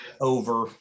over